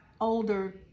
older